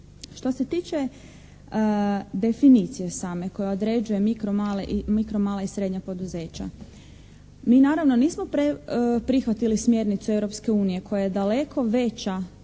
Što se tiče definicije same koja određuje mikro mala i srednja poduzeća. Mi naravno nismo prihvatili smjernice Europske unije koja je daleko veća